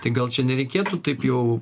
tai gal čia nereikėtų taip jau